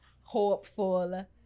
hopeful